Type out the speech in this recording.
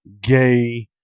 gay